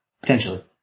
potentially